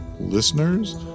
Listeners